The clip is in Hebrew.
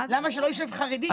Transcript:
למה שלא יישב חרדי?